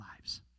lives